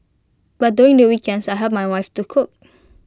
but during the weekends I help my wife to cook